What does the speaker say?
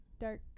dark